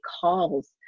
calls